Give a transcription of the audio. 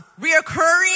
reoccurring